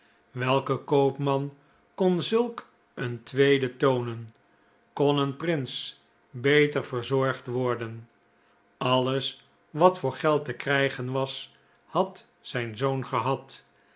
welke koopman kon zulk een tweede toonen kon een prins beter verzorgd worden alles wat voor geld te krijgen was had zijn zoon gehad